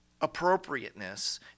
appropriateness